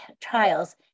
trials